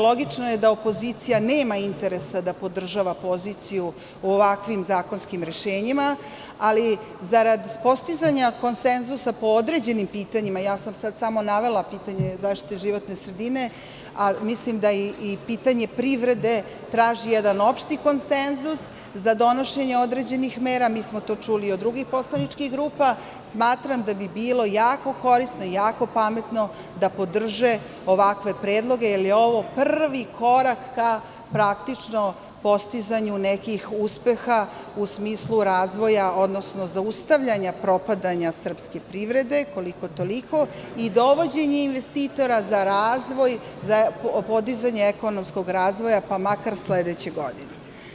Logično je da opozicija nema interesa da podržava poziciju ovakvim zakonskim rešenjima, ali zarad postizanja konsenzusa po određenim pitanjima, ja sam sad samo navela pitanje zaštite životne sredine, ali mislim da i pitanje privrede traži jedan opšti konsenzus za donošenje određenih mera, mi smo to čuli od drugih poslaničkih grupa, smatram da bi bilo jako korisno i jako pametno da podrže ovakve predloge jer je ovo prvi korak ka, praktično, postizanju nekih uspeha u smislu razvoja, odnosno zaustavljanja propadanja srpske privrede, koliko toliko i dovođenje investitora za razvoj, za podizanje ekonomskog razvoja, pa makar sledeće godine.